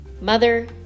mother